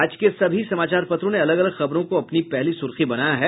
आज के सभी समाचार पत्रों ने अलग अलग खबरों को अपनी पहली सूर्खी बनया है